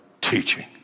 teaching